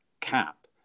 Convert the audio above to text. cap